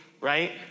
right